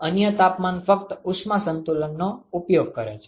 અન્ય તાપમાન ફક્ત ઉષ્મા સંતુલનનો ઉપયોગ કરે છે